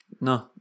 No